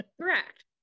correct